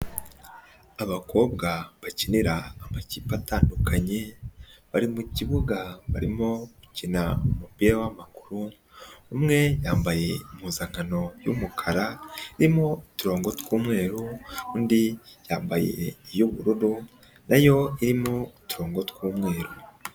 Abakobwa bakinira amakipe atandukanye, bari mu kibuga barimo gukina umupira w'amaguru, umwe yambaye impuzankano y'umukara irimo uturongo tw'umweru, undi yambaye iy'ubururu na yo irimo uturongo tw'umweru.